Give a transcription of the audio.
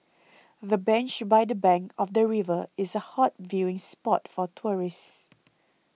the bench by the bank of the river is a hot viewing spot for tourists